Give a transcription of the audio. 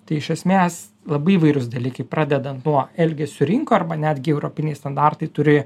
tai iš esmės labai įvairūs dalykai pradedant nuo elgesio rinko arba netgi europiniai standartai turi